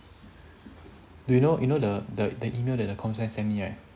dude you know you know the the the email that the comp science send me right